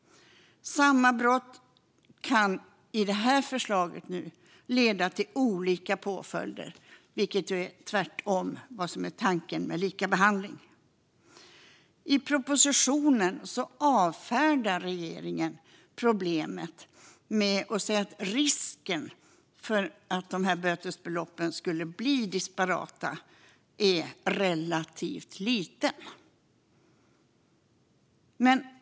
Samma brott kan i det här förslaget nu leda till olika påföljder, vilket är tvärtemot tanken med likabehandling. I propositionen avfärdar regeringen problemet med att säga att risken för att de här bötesbeloppen skulle bli disparata är relativt liten.